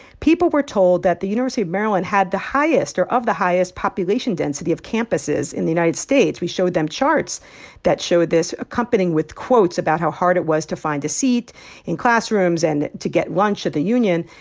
people were told that the university of maryland had the highest or of the highest population density of campuses in the united states. we showed them charts that showed this, accompanying with quotes about how hard it was to find a seat in classrooms and to get lunch at the union.